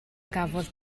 gafodd